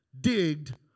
digged